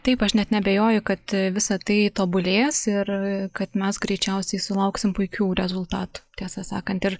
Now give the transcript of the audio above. taip aš net neabejoju kad visą tai tobulės ir kad mes greičiausiai sulauksim puikių rezultatų tiesą sakant ir